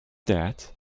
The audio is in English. that